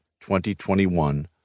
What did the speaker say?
2021